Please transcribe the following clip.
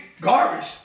garbage